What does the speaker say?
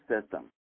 System